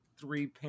three